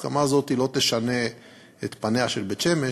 ההסכמה הזאת לא תשנה את פניה של בית-שמש,